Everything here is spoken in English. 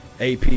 AP